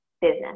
business